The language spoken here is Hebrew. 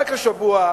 רק השבוע,